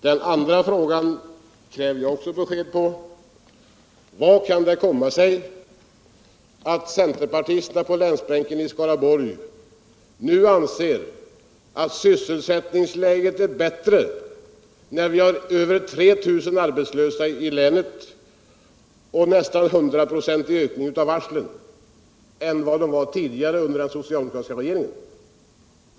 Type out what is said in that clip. Den andra frågan lyder: Hur kan det komma sig att centerpartisterna på Skaraborgsbänken nu anser att sysselsättningsläget är bättre när vi har över 3 000 arbetslösa i länet och en nästan 100-procentig ökning av varslen än vad det var tidigare under den socialdemokratiska regeringen?